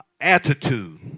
attitude